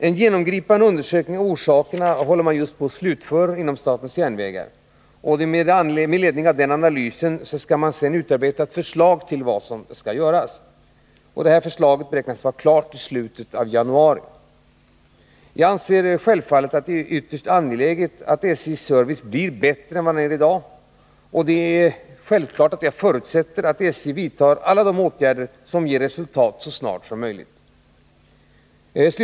En genomgripande undersökning av orsakerna håller just på att slutföras inom SJ. Med ledning av denna analys utarbetas ett åtgärdsprogram. Det beräknas vara klart i slutet av januari 1981. Jag anser att det är mycket angeläget att SJ:s service förbättras, och jag förutsätter att SJ nu vidtar åtgärder som ger resultat så snart som möjligt.